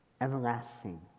everlasting